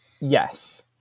yes